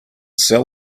sell